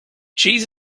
cheese